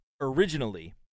originally